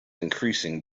increasing